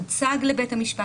הוצג לבית המשפט.